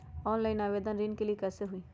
Online आवेदन ऋन के लिए कैसे हुई?